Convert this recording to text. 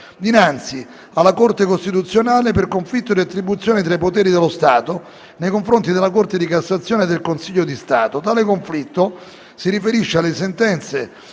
dinanzi alla Corte costituzionale per conflitto di attribuzione tra poteri dello Stato nei confronti della Corte di cassazione e del Consiglio di Stato. Il conflitto in questione si riferisce alle sentenze,